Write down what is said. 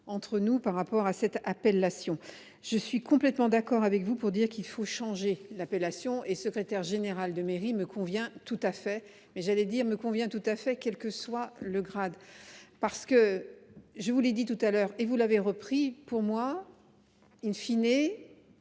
Entre nous par rapport à cette appellation. Je suis complètement d'accord avec vous pour dire qu'il faut changer l'appellation et secrétaire général de mairie me convient tout à fait, mais j'allais dire me convient tout à fait quel que soit le grade. Parce que je vous l'ai dit tout à l'heure et vous l'avez repris pour moi. In fine,